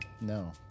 No